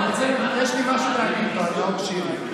יש לי משהו להגיד לנאור שירי.